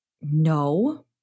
No